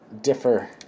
differ